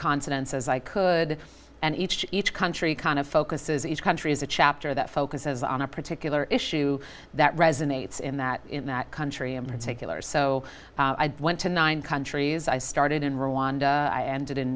confidence as i could and each each country kind of focuses each country is a chapter that focuses on a particular issue that resonates in that in that country in particular so i went to nine countries i started in rwanda i ended in